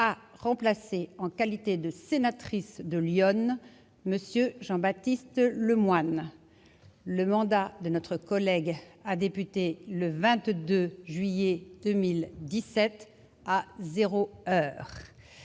a remplacé, en qualité de sénatrice de l'Yonne, M. Jean Baptiste Lemoyne. Le mandat de notre collègue a débuté le 22 juillet 2017 à zéro heure.